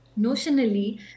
notionally